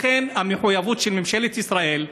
לכן המחויבות של ממשלת ישראל,